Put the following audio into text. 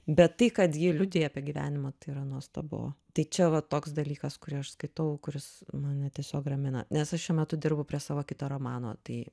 bet tai kad ji liudija apie gyvenimą tai yra nuostabu tai čia va toks dalykas kurį aš skaitau kuris mane tiesiog ramina nes aš šiuo metu dirbu prie savo kito romano tai